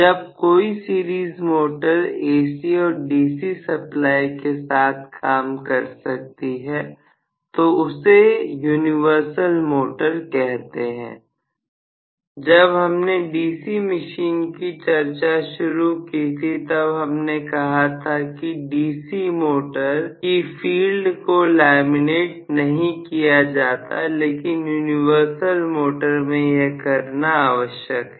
जब कोई series motor AC और DC सप्लाई के साथ काम कर सकती है तो उसे यूनिवर्सल मोटर कहते हैं जब हमने DC मशीन की चर्चा शुरू की थी तब हमने कहा था कि DC मोटर किसी को लैमिनेट नहीं किया जाता लेकिन यूनिवर्सल मोटर में यह करना आवश्यक है